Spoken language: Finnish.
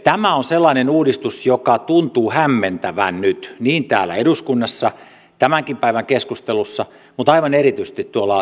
tämä on sellainen uudistus joka tuntuu hämmentävän nyt niin täällä eduskunnassa tämänkin päivän keskustelussa kuin aivan erityisesti tuolla työmarkkinajärjestöissä